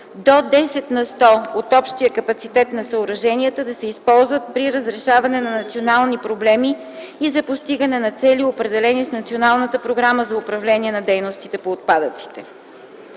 до 10 на сто от общия капацитет на съоръженията да се използват при разрешаване на национални проблеми и за постигане на цели, определени с Националната програма за управление на дейностите по отпадъците.